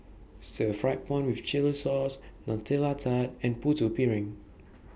Stir Fried Prawn with Chili Sauce Nutella Tart and Putu Piring